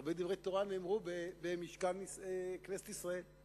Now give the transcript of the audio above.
הרבה דברי תורה נאמרו במשכן כנסת ישראל.